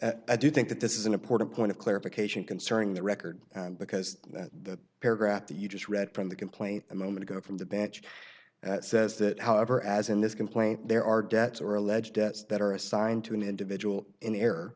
but i do think that this is an important point of clarification concerning the record because that paragraph that you just read from the complaint a moment ago from the bench says that however as in this complaint there are debts or alleged debts that are assigned to an individual in error